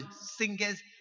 singers